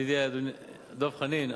ידידי דב חנין.